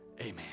Amen